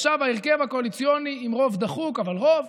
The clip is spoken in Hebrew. עכשיו ההרכב הקואליציוני עם רוב דחוק, אבל רוב.